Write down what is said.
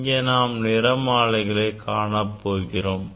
இங்கேதான் நாம் நிறமாலைகளை காணப்போகிறோம்